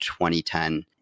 2010